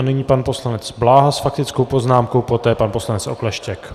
Nyní pan poslanec Bláha s faktickou poznámkou, poté pan poslanec Okleštěk.